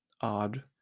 odd